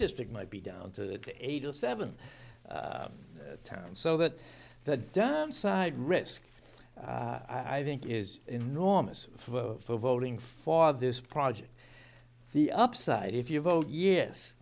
district might be down to eight or seven town so that the downside risk i think is enormous for voting for this project the upside if you vote yes